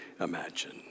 imagine